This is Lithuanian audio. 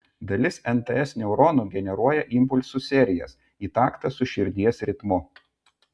dalis nts neuronų generuoja impulsų serijas į taktą su širdies ritmu